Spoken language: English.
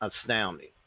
astounding